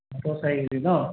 motor চাৰি K G ন